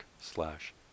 slash